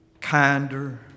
kinder